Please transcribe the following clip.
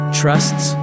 trusts